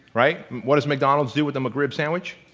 right? what does mcdonalds do with the mcrib sandwich?